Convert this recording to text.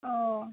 अ